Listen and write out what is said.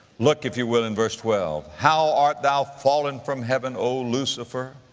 look, if you will, in verse twelve, how art thou fallen from heaven, o lucifer,